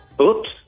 Oops